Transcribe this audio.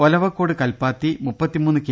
ഒലവക്കോട് കൽപ്പാത്തി ദദ കെ